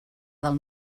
del